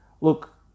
look